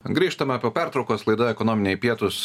grįžtame po pertraukos laida ekonominiai pietūs